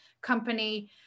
company